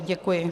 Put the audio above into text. Děkuji.